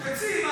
תצאי.